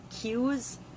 cues